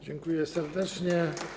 Dziękuję serdecznie.